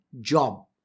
job